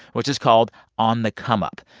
which is called on the come up.